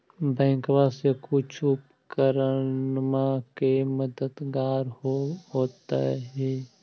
बैंकबा से कुछ उपकरणमा के मददगार होब होतै भी?